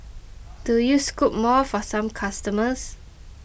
do you scoop more for some customers